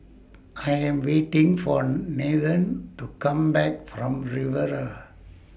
I Am waiting For Nathen to Come Back from Riviera